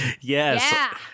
Yes